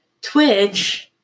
Twitch